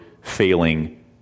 failing